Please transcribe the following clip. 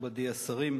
מכובדי השרים,